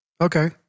Okay